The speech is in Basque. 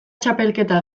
txapelketa